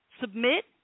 submit